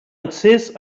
accés